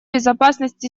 безопасность